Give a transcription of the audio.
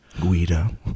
Guido